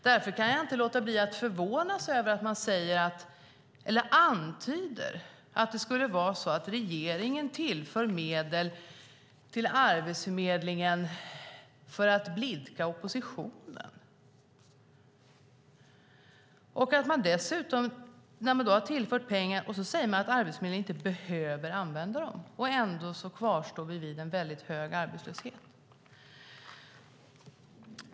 Därför kan jag inte låta bli att förvånas över att man antyder att regeringen tillför medel till Arbetsförmedlingen för att blidka oppositionen. Sedan säger man att Arbetsförmedlingen inte behöver använda pengarna. Ändå kvarstår en hög arbetslöshet.